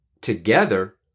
together